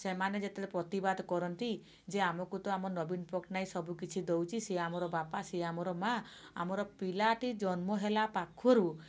ସେମାନେ ଯେତେବେଳେ ପ୍ରତିବାଦ କରନ୍ତି ଯେ ଆମକୁ ତ ଆମ ନବୀନ ପଟ୍ଟନାୟକ ସବୁକିଛି ଦେଉଛି ଏ ଆମର ବାପା ସିଏ ଆମର ମା ଆମର ପିଲାଟି ଜନ୍ମ ହେଲା ପାଖରୁ